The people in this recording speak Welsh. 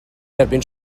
derbyn